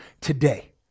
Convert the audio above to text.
today